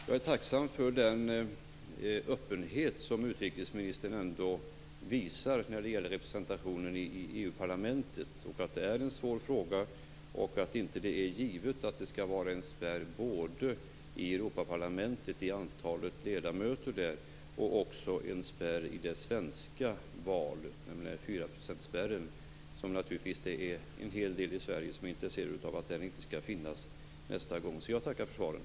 Jag är tacksam för den öppenhet som utrikesministern ändå visar när det gäller representationen i EU parlamentet. Hon säger att det är en svår fråga och att det inte är givet att det skall finnas en spärr vad gäller antalet ledamöter i Europaparlamentet eller att det skall finnas en 4-procentsspärr i det svenska valet. En hel del människor i Sverige är naturligtvis intresserade av att den spärren inte skall finnas med vid nästa val. Jag tackar för svaren.